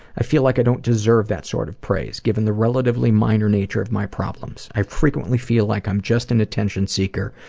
i feel like i don't deserve that sort of praise given the relatively minor nature of my problems. i frequently feel like i'm just an attention seeker,